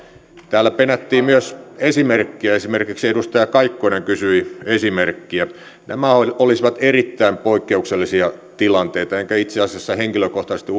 täällä penättiin myös esimerkkiä esimerkiksi edustaja kaikkonen kysyi esimerkkiä nämä olisivat erittäin poikkeuksellisia tilanteita enkä itse asiassa henkilökohtaisesti